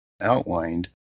outlined